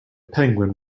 penguin